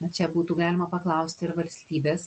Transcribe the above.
na čia būtų galima paklausti ir valstybės